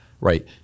right